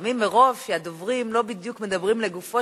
לפעמים מרוב שהדוברים לא בדיוק מדברים לגופו